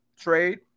Trade